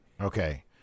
Okay